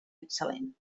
excel·lent